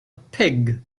pig